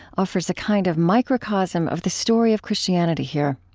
offers a kind of microcosm of the story of christianity here.